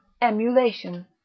emulation